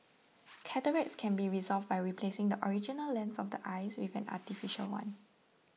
cataracts can be resolved by replacing the original lens of the eye with an artificial one